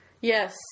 Yes